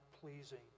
pleasing